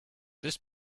this